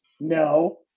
No